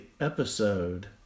episode